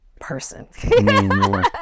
person